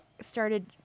started